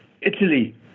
Italy